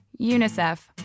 UNICEF